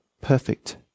perfect